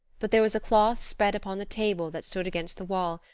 but there was a cloth spread upon the table that stood against the wall,